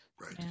Right